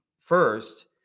first